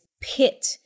pit